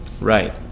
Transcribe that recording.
Right